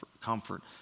comfort